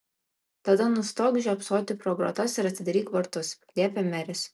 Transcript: tada nustok žiopsoti pro grotas ir atidaryk vartus liepė meris